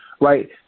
right